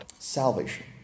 Salvation